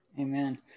Amen